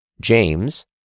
James